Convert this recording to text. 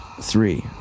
Three